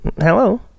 Hello